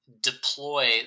deploy